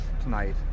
tonight